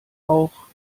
auch